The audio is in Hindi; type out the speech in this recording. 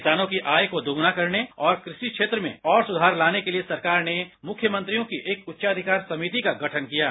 किसानों की आय को दोगुना करने और कृषि क्षेत्र में और सुधार लाने के लिए सरकार ने मुख्यमंत्री की एक उच्चार समिति का गठन किया है